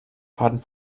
faden